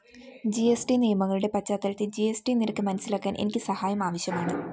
G S T നിയമങ്ങളുടെ പശ്ചാത്തലത്തിൽ G S T നിരക്ക് മനസിലാക്കാൻ എനിക്ക് സഹായം ആവശ്യമാണ്